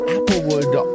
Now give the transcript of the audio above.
Applewood